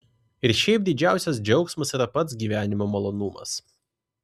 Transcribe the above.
ir šiaip didžiausias džiaugsmas yra pats gyvenimo malonumas